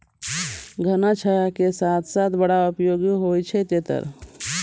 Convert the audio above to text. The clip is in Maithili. घना छाया के साथ साथ बड़ा उपयोगी होय छै तेतर